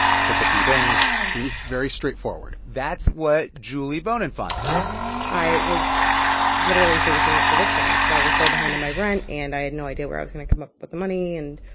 click a few things seems very straightforward that's what julie bonenfant thought thought i was literally facing eviction because i was so behind on my rent. and i had no idea where i was going to come up with the money. and